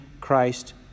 Christ